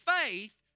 faith